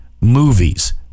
movies